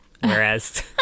whereas